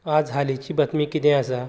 आज हालिची बातमी कितें आसा